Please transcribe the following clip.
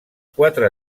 quatre